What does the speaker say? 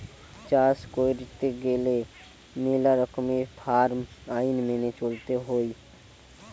চাষ কইরতে গেলে মেলা রকমের ফার্ম আইন মেনে চলতে হৈ